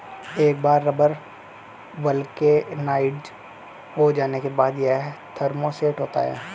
एक बार rubber vulcanised हो जाने के बाद, यह थर्मोसेट होता है